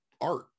art